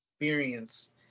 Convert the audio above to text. experience